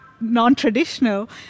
non-traditional